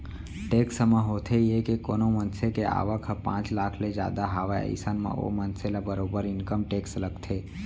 tax म होथे ये के कोनो मनसे के आवक ह पांच लाख ले जादा हावय अइसन म ओ मनसे ल बरोबर इनकम टेक्स लगथे